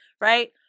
right